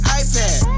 iPad